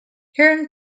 hearn